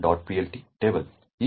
plt table